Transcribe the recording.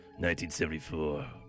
1974